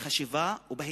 בחשיבה ובהתנהגות.